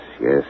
yes